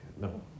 No